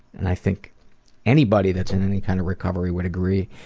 and i think anybody that's in any kind of recovery would agree,